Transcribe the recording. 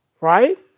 Right